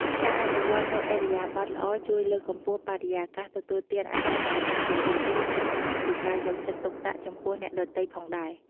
ការអនុវត្តនូវឥរិយាបថល្អជួយលើកកម្ពស់បរិយាកាសទទួលទានអាហារឱ្យកាន់តែរីករាយ និងបង្ហាញពីការយកចិត្តទុកដាក់ចំពោះអ្នកដទៃផងដែរ។